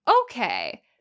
Okay